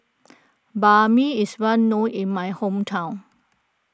Banh Mi is well known in my hometown